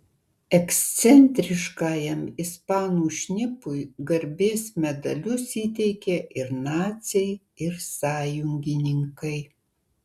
ekscentriškajam ispanų šnipui garbės medalius įteikė ir naciai ir sąjungininkai